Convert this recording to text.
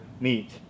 meet